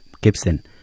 Gibson